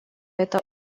это